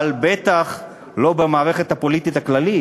אבל בטח לא במערכת הפוליטית הכללית.